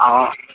అవును